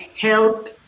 help